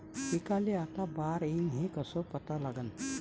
पिकाले आता बार येईन हे कसं पता लागन?